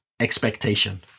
expectation